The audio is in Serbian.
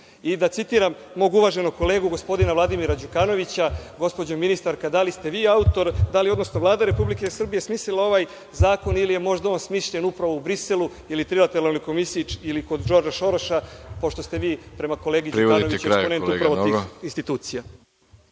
da citiram mog uvaženog kolegu gospodina Vladimira Đukanovića, gospođo ministarka, da li ste vi autor, odnosno da li je Vlada Republike Srbije smislila ovaj zakon, ili je možda on smišljen upravo u Briselu, ili trilateralnoj komisiji, ili kod Džordža Šoroša, pošto ste vi, prema kolegi Đukanoviću, oponent upravo tih institucija?